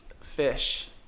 fish